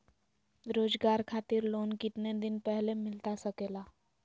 रोजगार खातिर लोन कितने दिन पहले मिलता सके ला?